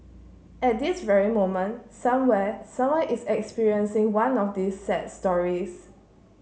at this very moment somewhere someone is experiencing one of these sad stories